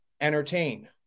entertain